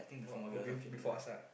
what oh be~ before asar